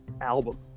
album